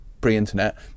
pre-internet